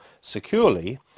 securely